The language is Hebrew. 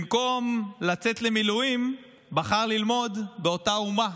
במקום לצאת למילואים, בחר ללמוד באותה האומה,